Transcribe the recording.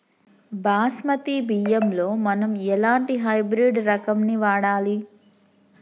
బాస్మతి బియ్యంలో మనం ఎలాంటి హైబ్రిడ్ రకం ని వాడాలి?